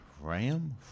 Ram